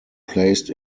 placed